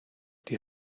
die